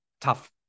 tough